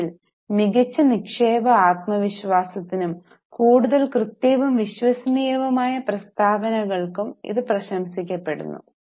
മൊത്തത്തിൽ മികച്ച നിക്ഷേപ ആത്മവിശ്വാസത്തിനും കൂടുതൽ കൃത്യവും വിശ്വസനീയവുമായ പ്രസ്താവനകൾക്കും ഇത് പ്രശംസിക്കപ്പെടുന്നു